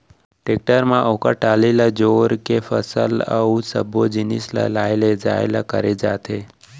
tractor म ओकर trolley ल जोर के फसल अउ सब्बो जिनिस के लाय लेजाय ल करे जाथे